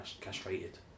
castrated